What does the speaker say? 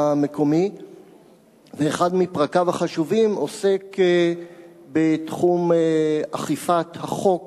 אחד מפרקיו החשובים עוסק בתחום אכיפת החוק